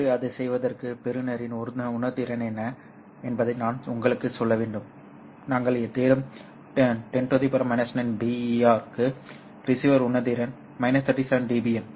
ஆகவே அதைச் செய்வதற்கு பெறுநரின் உணர்திறன் என்ன என்பதை நான் உங்களுக்குச் சொல்ல வேண்டும் நாங்கள் தேடும் 10 9 BER க்கு ரிசீவர் உணர்திறன் 37dBm